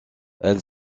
elle